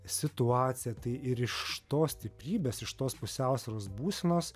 situaciją tai ir iš tos stiprybės iš tos pusiausvyros būsenos